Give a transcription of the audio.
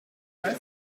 het